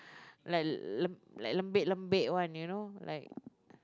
like lembik lembik [one] you know like